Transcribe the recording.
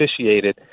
officiated